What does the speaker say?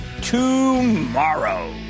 tomorrow